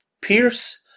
Pierce